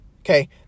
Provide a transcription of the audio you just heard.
Okay